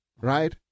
right